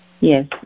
Yes